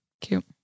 Cute